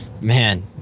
Man